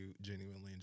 genuinely